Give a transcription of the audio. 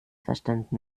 verstanden